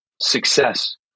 success